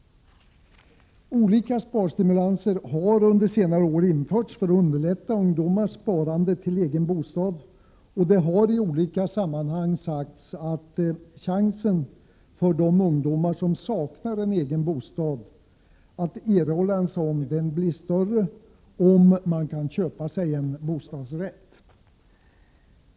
Olika sparstimulanser har under senare år införts för att underlätta ungdomars sparande till en egen bostad, och det har i olika sammanhang sagts att chansen för de ungdomar som saknar en egen bostad att erhålla en sådan blir större om de kan köpa en bostadsrätt.